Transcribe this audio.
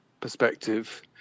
perspective